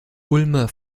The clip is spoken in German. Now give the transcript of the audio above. ulmer